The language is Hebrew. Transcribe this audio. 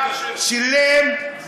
שילם,